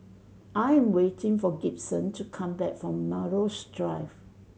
I am waiting for Gibson to come back from Melrose Drive